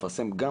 לפרסם גם